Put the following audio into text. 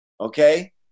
okay